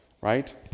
right